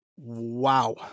Wow